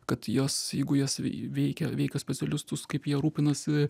kad jos jeigu jos veikia veikia specialistus kaip jie rūpinasi